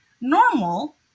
normal